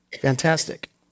Fantastic